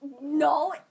No